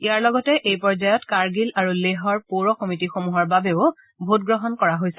ইয়াৰ লগতে এই পৰ্যায়ত কাৰ্গিল আৰু লেহৰ পৌৰ সমিতিসমূহৰ বাবেও ভোটগ্ৰহণ কৰা হৈছে